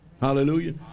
hallelujah